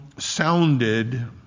sounded